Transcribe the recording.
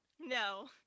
No